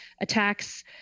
attacks